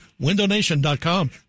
WindowNation.com